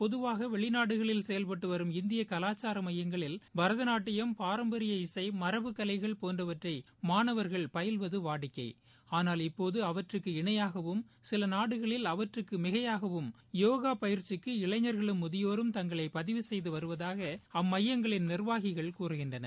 பொதவாக வெளிநாடுகளில் செயல்பட்டுவரும் இந்திய கலாச்சார மையங்களில் பாதநாட்டியம் பாரம்பரிய இசை மாபு கலைகள் போன்றவற்றை மாணவர்கள் பயில்வது வாடிக்கை ஆனால் இப்போது அவற்றிற்கு இணையாகவும் சில நாடுகளில் அவற்றிற்கு மிகையாகவும் யோகா பயிற்சிங்கு இளைபோர்களும் முதியோர்களும் தங்களை பதிவு செய்து வருவதாக அந்த மையங்களின் நிர்வாகிகள் கூறகின்றனர்